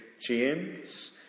James